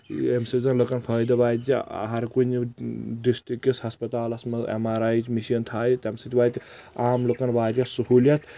ییٚمہِ سۭتۍ زن لُکن فٲیدٕ واتہِ زِ ہر کُنہِ ڈرسٹرک کِس ہسپتالس منٛز ایم آر آی یٕچ مشیٖن تھایہِ تمہِ سۭتۍ واتہِ عام لُکن واریاہ سہولیت